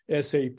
SAP